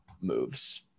moves